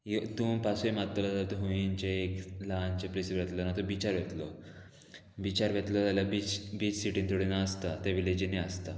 तूं पासय मात्तलो जाल्यार हुंयच्या एक ल्हानशे प्लेसीर वेतलो आनी तो बिचार वेतलो बिचार वेतलो जाल्यार बीच बीच सिटीन थोडी ना आसता ते विलेजींनी आसता